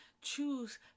Choose